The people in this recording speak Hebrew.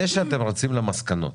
שאתם רצים למסקנות